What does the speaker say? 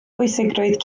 bwysigrwydd